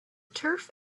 turf